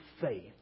faith